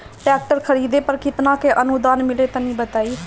Tractor खरीदे पर कितना के अनुदान मिली तनि बताई?